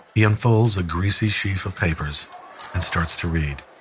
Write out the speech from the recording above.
he unfolds a greasy sheaf of papers and starts to read.